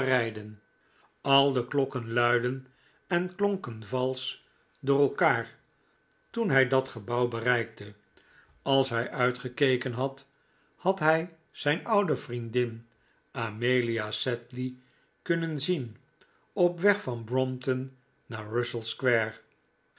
al de klokken luidden en klonken valsch door elkaar toen hij dat gebouw bereikte als hij uitgekeken had had hij zijn oude vriendin amelia sedley kunnen zien op weg van brompton naar russell